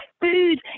food